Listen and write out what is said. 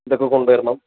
ഇതൊക്കെ കൊണ്ട് വരണം